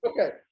Okay